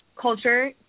culture